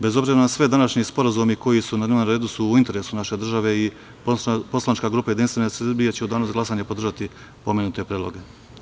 Bez obzira na sve, današnji sporazumi koji su na dnevnom redu su u interesu naše države i poslanička grupa JS će u danu za glasanje podržati pomenute predloge.